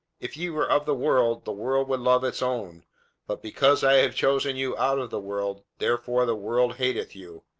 if ye were of the world, the world would love its own but because i have chosen you out of the world, therefore the world hateth you,